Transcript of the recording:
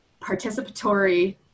participatory